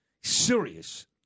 serious